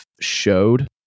showed